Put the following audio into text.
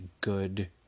good